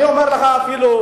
אני אומר לך אפילו,